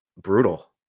brutal